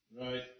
Right